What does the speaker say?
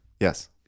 Yes